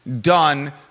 done